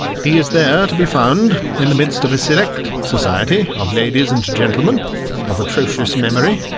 he is there to be found in the midst of a select society of ladies and gentlemen of atrocious memory,